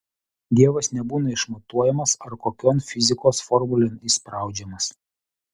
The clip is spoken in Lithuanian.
dievas nebūna išmatuojamas ar kokion fizikos formulėn įspraudžiamas